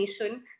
nation